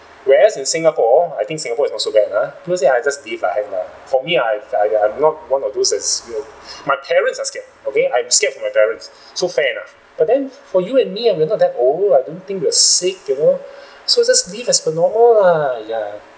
whereas in singapore I think singapore is not so bad lah people here uh just live lah have or not for me I've I I'm not one of those that's you know my parents are scared okay I'm scared for my parents so fair enough but then for you and me and we're not that old I don't think we're sick you know so just live as per normal lah !aiya!